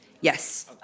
Yes